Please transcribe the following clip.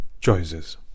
choices